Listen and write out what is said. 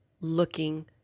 looking